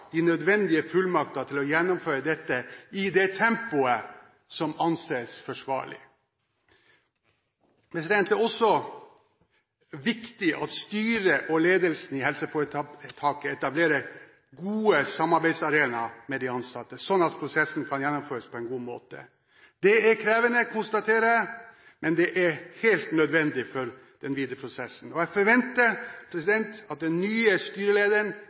de nødvendige fullmakter til å gjennomføre dette i det tempoet som anses forsvarlig. Det er også viktig at styret og ledelsen i helseforetaket etablerer gode samarbeidsarenaer med de ansatte, slik at prosessen kan gjennomføres på en god måte. Det er krevende, konstaterer jeg, men det er helt nødvendig for den videre prosessen. Jeg forventer at den nye styrelederen,